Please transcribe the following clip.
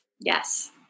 Yes